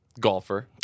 golfer